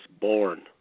born